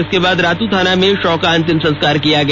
इसके बाद रातू थाना में शव का अंतिम संस्कार किया गया